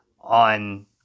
on